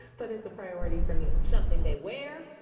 but it's a priority for me. something they wear.